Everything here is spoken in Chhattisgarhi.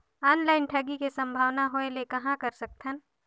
ऑनलाइन ठगी के संभावना होय ले कहां कर सकथन?